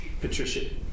patricia